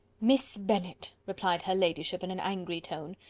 miss bennet, replied her ladyship, in an angry tone,